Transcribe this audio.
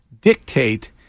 dictate